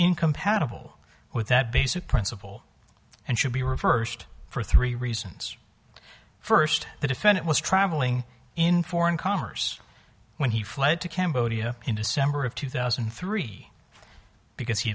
incompatible with that basic principle and should be reversed for three reasons first the defendant was traveling in foreign commerce when he fled to cambodia in december of two thousand and three because he